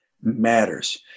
matters